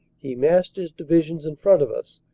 he massed his divisions in front of us,